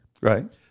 Right